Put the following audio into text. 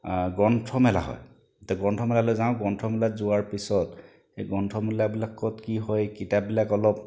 গ্ৰন্থমেলা হয় তে গ্ৰন্থমেলালৈ যাওঁ গ্ৰন্থমেলাত যোৱাৰ পিছত এই গ্ৰন্থমেলাবিলাকত কি হয় কিতাপবিলাক অলপ